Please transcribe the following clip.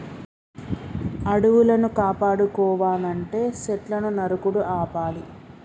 అడవులను కాపాడుకోవనంటే సెట్లును నరుకుడు ఆపాలి